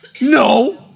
no